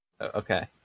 Okay